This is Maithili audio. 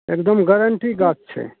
एगदम गारण्टी गाछ छै